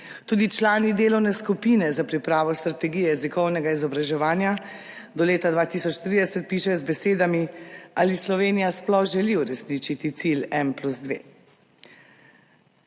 Tudi člani delovne skupine za pripravo strategije jezikovnega izobraževanja do leta 2030 pišejo z besedami: »Ali Slovenija sploh želi uresničiti cilj en plus